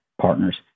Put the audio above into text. partners